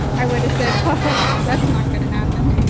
i would've said, huh, that's not going to happen